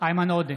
איימן עודה,